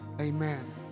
Amen